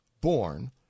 born